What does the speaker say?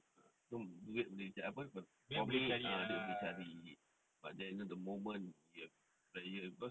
ah duit boleh apa ah duit boleh cari but then the moment you have to treasure because